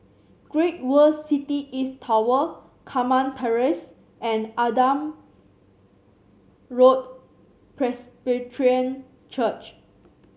Great World City East Tower Carmen Terrace and Adam Road Presbyterian Church